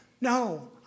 No